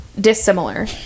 dissimilar